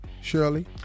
Shirley